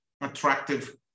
attractive